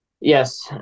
yes